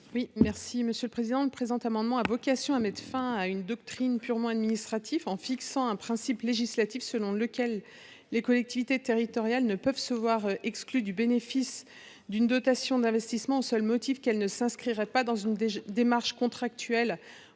n° II 47 rectifié. Le présent amendement vise à mettre fin à une doctrine purement administrative en fixant un principe législatif selon lequel une collectivité territoriale ne peut se voir exclue du bénéfice d’une dotation d’investissement au seul motif qu’elle ne s’inscrirait pas dans une démarche contractuelle